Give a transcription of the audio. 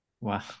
Wow